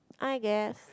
I guess